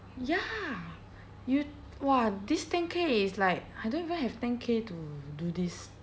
ya you !wah! this ten K is like I don't even have ten K to do this